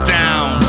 down